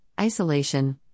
isolation